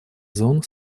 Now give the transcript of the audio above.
зон